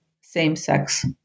same-sex